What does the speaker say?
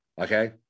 Okay